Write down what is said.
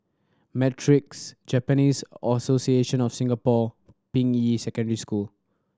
Matrix Japanese Association of Singapore Ping Yi Secondary School